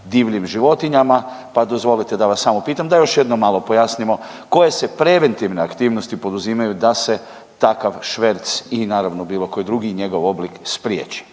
divljim životinjama, pa dozvolite mi da vas samo pitam da još jednom malo pojasnimo koje se preventivne aktivnosti poduzimaju da se takav šverc i naravno bilo koji drugi i njegov oblik spriječi?